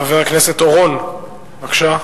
חבר הכנסת חיים אורון, בבקשה.